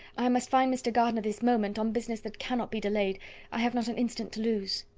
i must find mr. gardiner this moment, on business that cannot be delayed i have not an instant to lose.